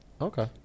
Okay